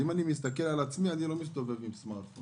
אם אני מסתכל על עצמי אני לא מסתובב עם סמארטפון.